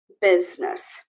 business